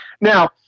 Now